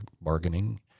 bargaining